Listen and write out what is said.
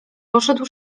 poszedł